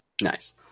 Nice